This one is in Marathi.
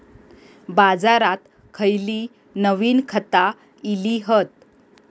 बाजारात खयली नवीन खता इली हत?